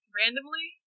randomly